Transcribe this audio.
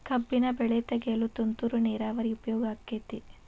ಕಬ್ಬಿನ ಬೆಳೆ ತೆಗೆಯಲು ತುಂತುರು ನೇರಾವರಿ ಉಪಯೋಗ ಆಕ್ಕೆತ್ತಿ?